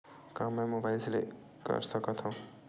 का मै मोबाइल ले कर सकत हव?